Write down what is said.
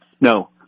No